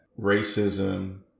racism